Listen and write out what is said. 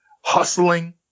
hustling